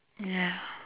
ya